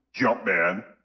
Jumpman